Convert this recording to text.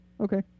Okay